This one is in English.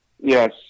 Yes